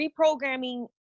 reprogramming